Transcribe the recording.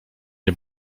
nie